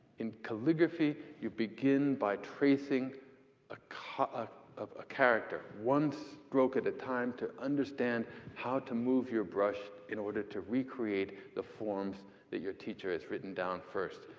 in calligraphy, you begin by tracing ah kind of a character, one stroke at a time to understand how to move your brush in order to recreate the forms that your teacher has written down first.